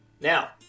Now